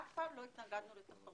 אף פעם לא התנגדנו לתחרות.